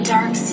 Dark